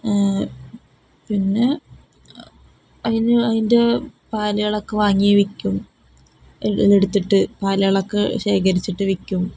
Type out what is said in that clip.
പിന്നെ അതിന് അതിൻ്റെ പാലുകളൊക്കെ വാങ്ങിവയ്ക്കും എടുത്തിട്ട് പാലുകളൊക്കെ ശേഖരിച്ചിട്ടു വയ്ക്കും